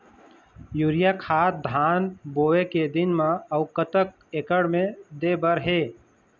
Urea खाद धान बोवे के दिन म अऊ कतक एकड़ मे दे बर हे?